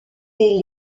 des